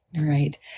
right